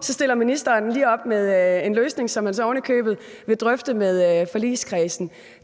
stiller ministeren lige op – bum – med en løsning, som han så ovenikøbet vil drøfte med forligskredsen.